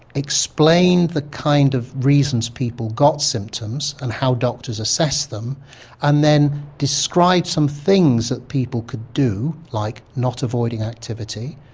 explained the kind of reasons people got symptoms and how doctors assess them and then describe some things that people could do like not avoiding activity,